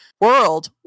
world